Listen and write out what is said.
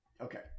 Okay